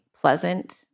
pleasant